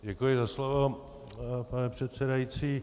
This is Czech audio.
Děkuji za slovo, pane předsedající.